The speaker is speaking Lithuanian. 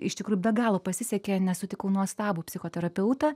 iš tikrųjų be galo pasisekė nes sutikau nuostabų psichoterapeutą